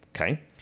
okay